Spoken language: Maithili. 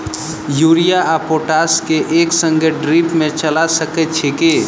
यूरिया आ पोटाश केँ एक संगे ड्रिप मे चला सकैत छी की?